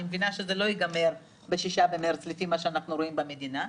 אני מבינה שזה לא ייגמר ב-6 במרס לפי מה שאנחנו רואים במדינה.